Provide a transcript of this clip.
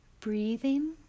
breathing